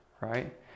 Right